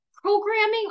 programming